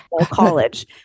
college